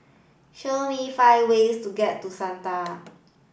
show me five ways to get to Sanaa